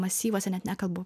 masyvuose net nekalbu